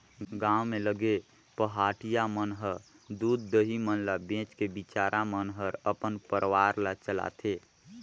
गांव म लगे पहाटिया मन ह दूद, दही मन ल बेच के बिचारा मन हर अपन परवार ल चलाथे